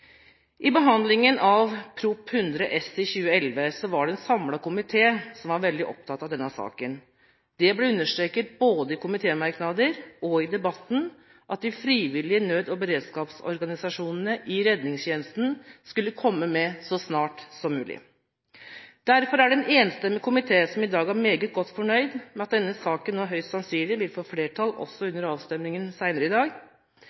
behandlingen av Prop. 100 S i 2011 var en samlet komité veldig opptatt av denne saken. Det ble understreket både i komitémerknader og i debatten at de frivillige nød- og beredskapsorganisasjonene i redningstjenesten skulle komme med så snart som mulig. Derfor er det en enstemmig komité som i dag er meget godt fornøyd med at denne saken nå høyst sannsynlig vil få flertall også under avstemningen senere i dag.